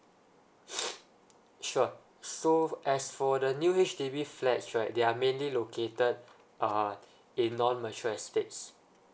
sure so as for the new H_D_B flats right they're mainly located uh in non mature estates